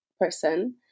person